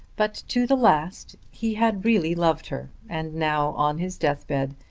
but to the last he had really loved her, and now, on his death bed,